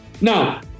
Now